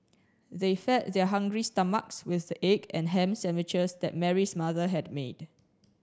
they fed their hungry stomachs with the egg and ham sandwiches that Mary's mother had made